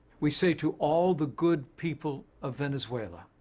we say to all the good people of venezuela,